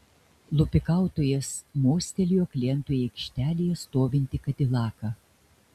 lupikautojas mostelėjo klientui į aikštelėje stovintį kadilaką